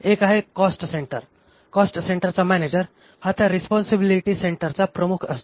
एक आहे cost centre cost सेंटरचा मॅनेजर हा या रीस्पोन्सिबिलीटी सेंटरचा प्रमुख असतो